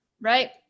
Right